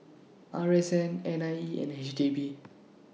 R S N N I E and H D B